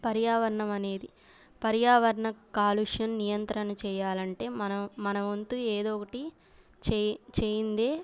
పర్యావరణం అనేది పర్యావరణ కాలుష్యం నియంత్రణ చెయ్యాలంటే మనం మన వంతు ఏదో ఒకటి చేయి చెయ్యనిదే